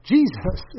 Jesus